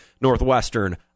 Northwestern